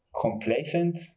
complacent